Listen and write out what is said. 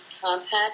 compact